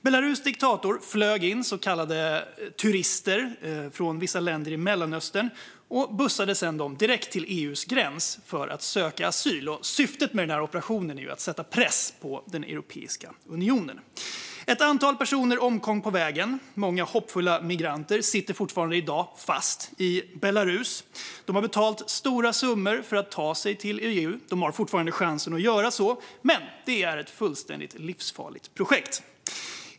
Belarus diktator flög in så kallade turister från vissa länder i Mellanöstern och bussade sedan dessa direkt till EU:s gräns för att de skulle söka asyl. Syftet med operationen var att sätta press på Europeiska unionen. Ett antal personer omkom på vägen. Många hoppfulla migranter sitter fortfarande i dag fast i Belarus. De har betalat stora summor för att ta sig till EU. De har fortfarande chansen att göra så, men det är ett fullständigt livsfarligt projekt.